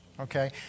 okay